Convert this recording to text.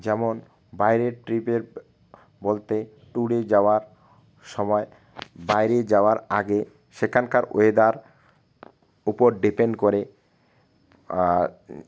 যেমন বাইরের ট্রিপের বলতে ট্যুরে যাওয়ার সময় বাইরে যাওয়ার আগে সেখানকার ওয়েদার উপর ডিপেন্ড করে